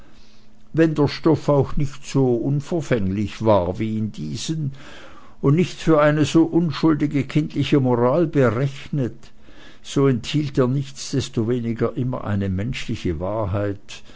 wenn der stoff auch nicht so unverfänglich war wie in diesen und nicht für eine so unschuldige kindliche moral berechnet so enthielt er nichtsdestoweniger immer eine menschliche wahrheit